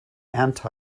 anti